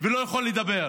ולא יכול לדבר,